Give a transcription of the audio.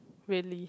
really